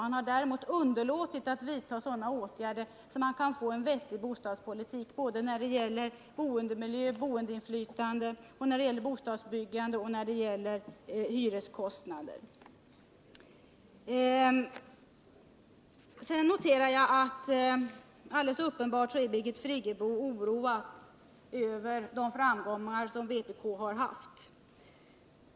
Man har däremot underlåtit att vidta åtgärder som gör att man kan få en vettig bostadspolitik såväl när det gäller boendemiljö och boendeinflytande som när det gäller bostadsbyggandet och hyreskostnader. Sedan noterar jag att Birgit Friggebo alldels uppenbart är oroad över de framgångar som vpk har haft.